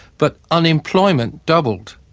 but unemployment doubled,